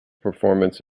performance